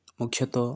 ମୁଖ୍ୟତଃ